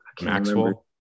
Maxwell